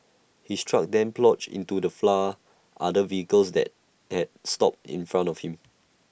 his truck then ploughed into the flour other vehicles that had stopped in front of him